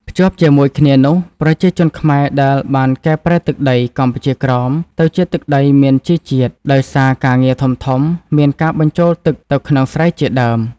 ភ្ជាប់ជាមួយគ្នានោះ ប្រជាជនខ្មែរដែលបានកែប្រែទឹកដី កម្ពុជាក្រោម ទៅជាទឹកដីមានជីរជាតិ ដោយសារការងារធំៗមានការបញ្ចូលទឹកទៅក្នុងស្រែជាដើម។